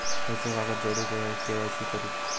खयचो कागद जोडुक होयो के.वाय.सी करूक?